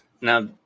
Now